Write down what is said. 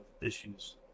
issues